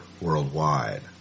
worldwide